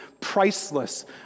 priceless